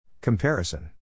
Comparison